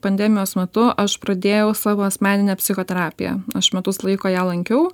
pandemijos metu aš pradėjau savo asmeninę psichoterapiją aš metus laiko ją lankiau